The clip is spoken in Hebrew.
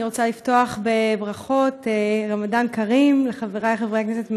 אני רוצה לפתוח בברכות: רמדאן כרים לחברי חברי הכנסת,